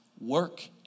work